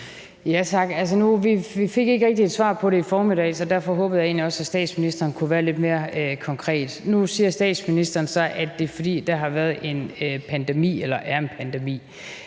Vi fik ikke rigtig et svar på det i formiddags, og derfor håbede jeg egentlig også, at statsministeren kunne være lidt mere konkret. Nu siger statsministeren så, at det er, fordi der er en pandemi. Det er nu ikke,